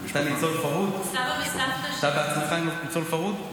אתה בעצמך ניצול פרהוד?